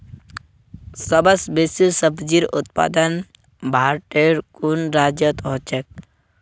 सबस बेसी सब्जिर उत्पादन भारटेर कुन राज्यत ह छेक